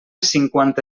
cinquanta